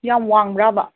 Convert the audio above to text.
ꯌꯥꯝ ꯋꯥꯡꯕ꯭ꯔꯕ